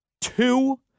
two